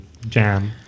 Jam